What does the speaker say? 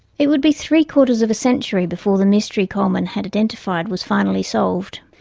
it would be three quarters of a century before the mystery coleman had identified was finally solved,